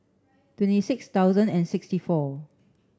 twenty six thousand and sixty four